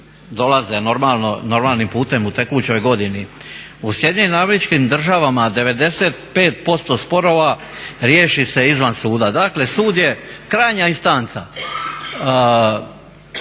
dolaze normalnim putem u tekućoj godini. U Sjedinjenim Američkim Državama '95% sporova riješi se izvan suda, dakle sud je krajnja instanca.